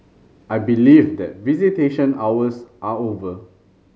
I believe that visitation hours are over